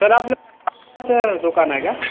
sir आपलं तांदळाचं दुकान आहे का